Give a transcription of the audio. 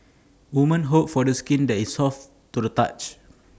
women hope for the skin that is soft to the touch